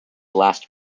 last